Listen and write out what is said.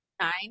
nine